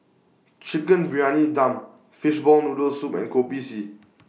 Chicken Briyani Dum Fishball Noodle Soup and Kopi C